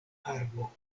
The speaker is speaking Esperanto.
arbo